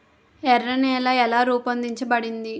ఎర్ర నేల ఎలా రూపొందించబడింది?